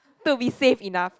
to be safe enough